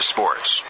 Sports